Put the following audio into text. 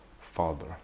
father